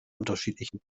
unterschiedlichen